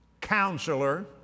counselor